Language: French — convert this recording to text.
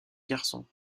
garçon